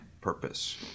purpose